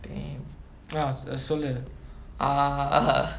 damn(uh)